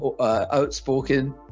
outspoken